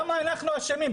למה אנחנו אשמים?